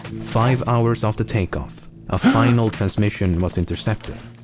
five hours after takeoff a final transmission was intercepted.